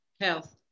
health